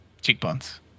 cheekbones